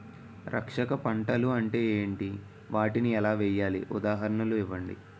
రక్షక పంటలు అంటే ఏంటి? వాటిని ఎలా వేయాలి? ఉదాహరణలు ఇవ్వండి?